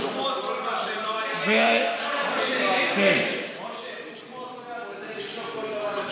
כל מה שלא היה בוועדת הכספים לא עלה.